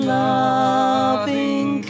loving